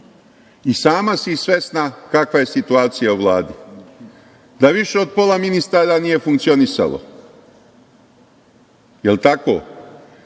I sama si svesna kakva je situacija u Vladi, da više od pola ministara nije funkcionisalo. Jel tako?